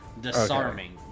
disarming